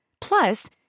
Plus